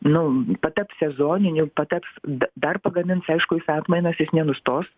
nu pataps sezoniniu pataps da dar pagamins aišku jis atmainas jis nenustos